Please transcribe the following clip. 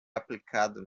aplicado